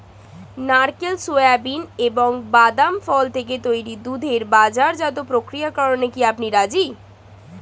নারকেল, সোয়াবিন এবং বাদাম ফল থেকে তৈরি দুধের বাজারজাত প্রক্রিয়াকরণে কি আপনি রাজি?